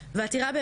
העתירה.